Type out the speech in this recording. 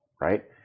right